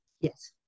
Yes